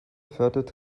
fördert